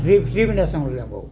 ଲେମ୍ବୁ